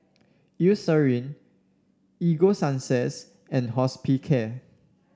Eucerin Ego Sunsense and Hospicare